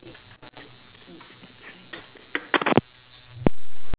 mm bye